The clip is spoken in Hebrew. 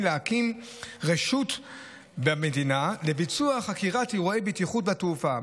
להקים רשות במדינה לביצוע חקירת אירועי בטיחות בתעופה.